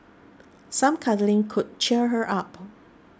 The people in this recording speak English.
some cuddling could cheer her up